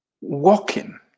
walking